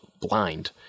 blind